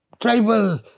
Tribal